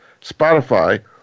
Spotify